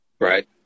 Right